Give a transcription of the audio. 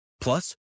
Plus